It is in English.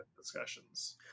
discussions